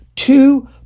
Two